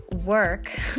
work